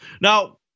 Now